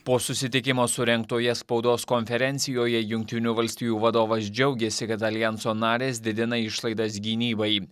po susitikimo surengtoje spaudos konferencijoje jungtinių valstijų vadovas džiaugėsi kad aljanso narės didina išlaidas gynybai